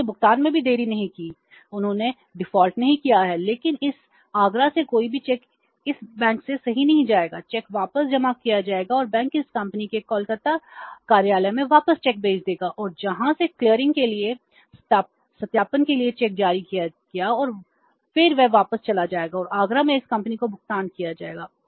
उन्होंने भुगतान में देरी नहीं की उन्होंने डिफ़ॉल्ट के लिए सत्यापन के लिए चेक जारी किया गया है और फिर वह वापस चला जाएगा और आगरा में इस कंपनी को भुगतान किया जाएगा